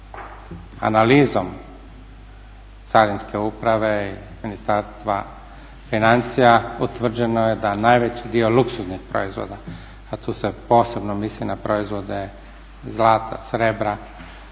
Analizom Carinske uprave i Ministarstva financija utvrđeno je da najveći dio luksuznih proizvoda, a tu se posebno misli na proizvode zlata, srebra,